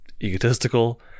egotistical